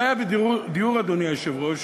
אדוני היושב-ראש,